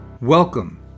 Welcome